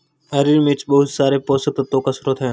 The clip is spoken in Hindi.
हरी मिर्च बहुत सारे पोषक तत्वों का स्रोत है